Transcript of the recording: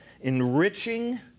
enriching